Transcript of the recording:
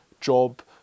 job